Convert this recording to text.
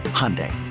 Hyundai